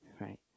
right